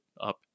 up